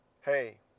hey